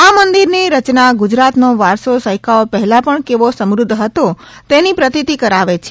આ મંદિરની રચના ગુજરાતનો વારસો સૈકાઓ પહેલાં પણ કેવો સમૃદ્ધ હતો તેની પ્રતીતિ કરાવે છે